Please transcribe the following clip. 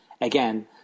Again